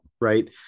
Right